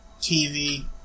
TV